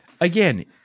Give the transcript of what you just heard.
Again